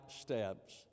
steps